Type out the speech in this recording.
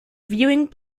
viewing